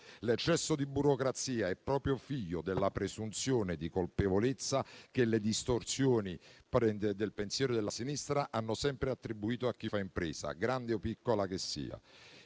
L'eccesso di burocrazia è proprio figlio della presunzione di colpevolezza che le distorsioni del pensiero della sinistra hanno sempre attribuito a chi fa impresa, grande o piccola che sia.